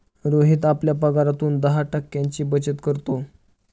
रोहित आपल्या पगारातून दहा टक्क्यांची बचत करतो